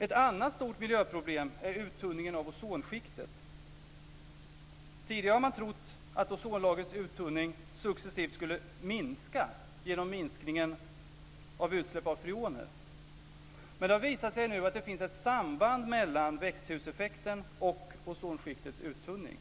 Ett annat stort miljöproblem är uttunningen av ozonskiktet. Tidigare har man trott att ozonlagrets uttunning successivt skulle minska genom reduceringen av utsläppen av freoner, men det har nu visat sig att det finns ett samband mellan växthuseffekten och ozonskiktets uttunning.